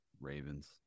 Ravens